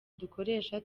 dukoresha